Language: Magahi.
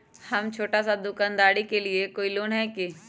हम छोटा सा दुकानदारी के लिए कोई लोन है कि?